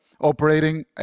Operating